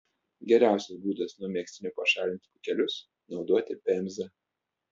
geriausias būdas nuo megztinio pašalinti pūkelius naudoti pemzą